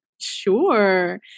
Sure